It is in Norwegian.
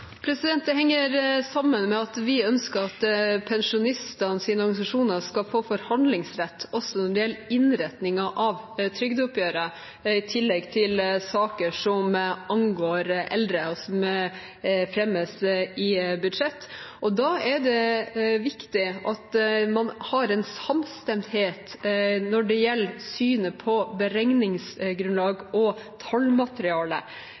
Det henger sammen med at vi ønsker at pensjonistenes organisasjoner skal få forhandlingsrett også når det gjelder innretningen av trygdeoppgjøret, i tillegg til saker som angår eldre, og som fremmes i budsjett. Da er det viktig at man har en samstemthet når det gjelder synet på